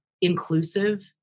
inclusive